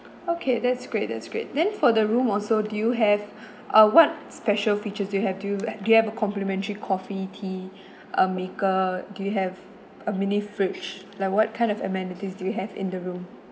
okay that's great that's great then for the room also do you have uh what special features do you have do you do you have a complimentary coffee tea uh maker do you have a mini fridge like what kind of amenities do you have in the room